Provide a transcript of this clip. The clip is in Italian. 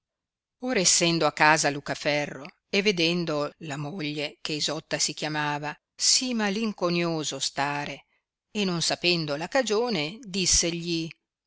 or essendo a casa lucaferro e vedendo la moglie che isotta si chiamava si malinconioso stare e non sapendo la cagione dissegli